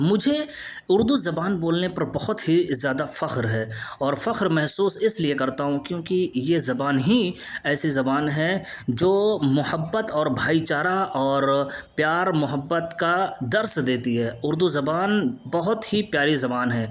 مجھے اردو زبان بولنے پر بہت ہی زیادہ فخر ہے اور فخر محسوس اس لیے کرتا ہوں کیونکہ یہ زبان ہی ایسی زبان ہے جو محبت اور بھائی چارہ اور پیار محبت کا درس دیتی ہے اردو زبان بہت ہی پیاری زبان ہے